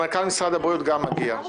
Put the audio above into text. גם מנכ"ל משרד הבריאות מגיע.